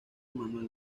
manuel